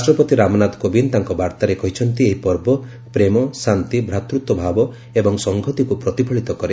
ରାଷ୍ଟ୍ରପତି ରାମନାଥ କୋବିନ୍ଦ ତାଙ୍କ ବାର୍ତ୍ତାରେ କହିଛନ୍ତି ଏହି ପର୍ବ ପ୍ରେମ ଶାନ୍ତି ଭାତୃତ୍ୱ ଭାବ ଏବଂ ସଂହତିକୁ ପ୍ରତିଫଳିତ କରେ